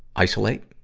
isolate,